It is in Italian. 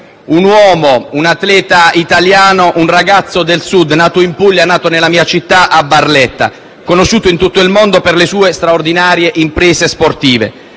un uomo, un atleta italiano, un ragazzo del Sud nato in Puglia nella mia città, Barletta, e conosciuto in tutto il mondo per le sue straordinarie imprese sportive.